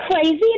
crazy